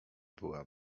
była